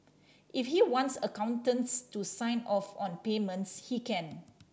if he wants accountants to sign off on payments he can